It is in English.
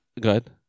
good